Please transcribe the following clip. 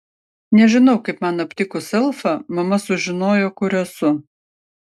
nežinau kaip man aptikus elfą mama sužinojo kur esu